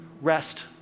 rest